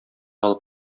алып